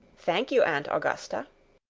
thank you, aunt augusta.